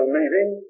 meeting